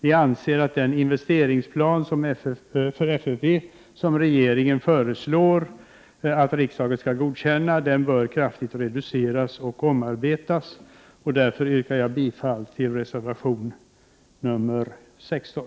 Vi anser att den investeringsplan för FFV som regeringen föreslår att riksdagen skall godkänna bör kraftigt reduceras och omarbetas. Därför yrkar jag bifall till reservation 16.